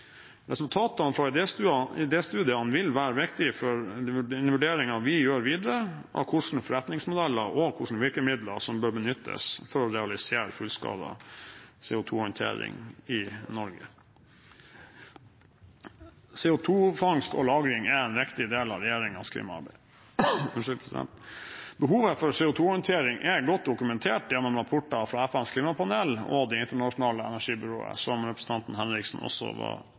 Resultatene fra idéstudiene vil være viktige for den vurderingen vi gjør videre av hva slags forretningsmodeller og hvilke virkemidler som bør benyttes for å realisere fullskala CO2-håndtering i Norge. CO2-fangst og -lagring er en viktig del av regjeringens klimaarbeid. Behovet for CO2-håndtering er godt dokumentert gjennom rapporter fra FNs klimapanel og Det internasjonale energibyrået, som representanten Henriksen også var